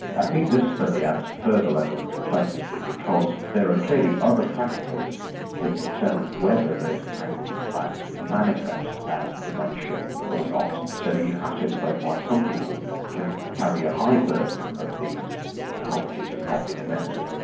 i think this study adds further level of complexity because there are clearly other factors that determine whether those tangles and plaques manifest as dementia or not. so you have to explain why some people can carry a high burden of these pathologies and not be demented.